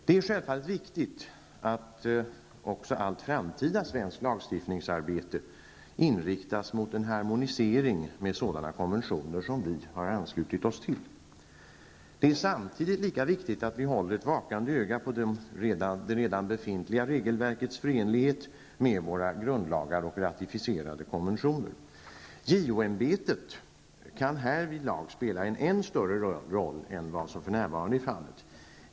Det är självfallet viktigt att också allt framtida svenskt lagstiftningsarbete inriktas mot en harmonisering med sådana konventioner som vi anslutit oss till. Men det är samtidigt lika viktigt att vi håller ett vakande öga på det redan befintliga regelverkets förenlighet med våra grundlagar och ratificerade konventioner. JO-ämbetet kan härvidlag spela en än större roll än vad som för närvarande är fallet.